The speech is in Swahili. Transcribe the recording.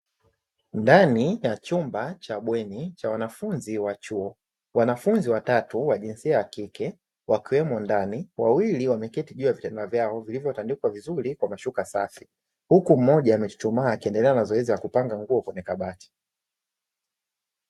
Ndani ya chumba cha bweni cha wanafunzi wa chuo. Wanafunzi watatu wa jinsia ya kike wakiwemo ndani, wawili wameketi juu ya vitanda vyao vilivyotandikwa vizuri kwa mashuka safi. Huku mmoja amechuchumaa akiendelea na zoezi la kupanga nguo kwenye kabati.